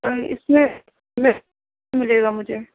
اِس میں ملے گا مجھے